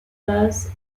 paz